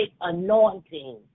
anointing